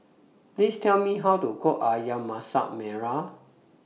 Please Tell Me How to Cook Ayam Masak Merah